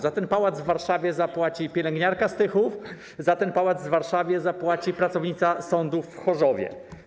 Za ten pałac w Warszawie zapłaci pielęgniarka z Tychów, za ten pałac w Warszawie zapłaci pracownica sądu w Chorzowie.